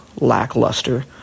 lackluster